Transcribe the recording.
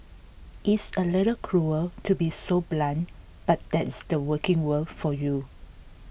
it's a little cruel to be so blunt but that's the working world for you